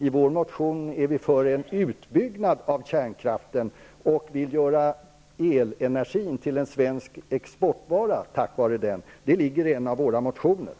I en av våra motioner skriver vi att vi är för en utbyggnad av kärnkraften -- och att vi tack vare den vill göra elenergin till en svensk exportvara.